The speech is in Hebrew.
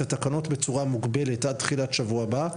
התקנות בצורה מוגבלת עד תחילת שבוע הבא,